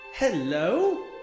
Hello